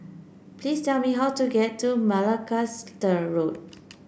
please tell me how to get to Macalister Road